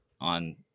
on